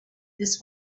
this